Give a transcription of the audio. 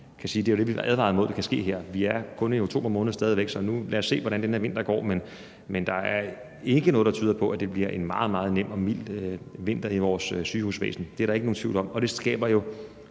det, vi kan sige vi advarede mod kunne ske. Vi er stadig væk kun i oktober måned, så lad os se, hvordan den her vinter går. Men der er ikke noget, der tyder på, at det bliver en meget, meget nem og mild vinter i vores sygehusvæsen. Det er der ikke nogen tvivl om. Det skaber jo